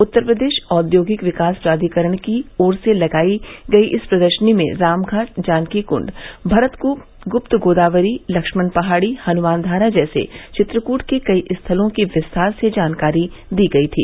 उत्तर प्रदेश औद्योगिक विकास प्राधिकरण की ओर से लगाई गई इस प्रदर्शनी में रामघाट जानकीकृंड भरतकूप गुप्तगोदावरी लक्मण पहाड़ी हनुमान धारा जैसे चित्रकूट के कई स्थलों की विस्तार से जानकारी दी गई थी